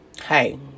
Hey